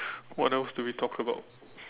what else do we talk about